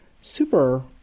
super